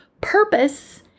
Purpose